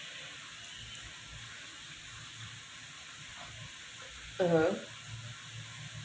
(uh huh)